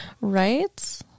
Right